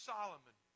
Solomon